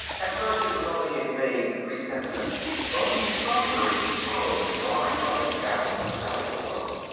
at first, it was only a vague presentiment, growing stronger as he followed the dry gully down to the valley below.